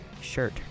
shirt